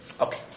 Okay